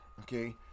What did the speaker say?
Okay